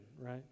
right